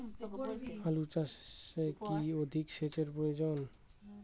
আলু চাষে কি অধিক সেচের প্রয়োজন?